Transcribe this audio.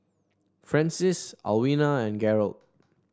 Francis Alwina and Garold